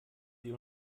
sie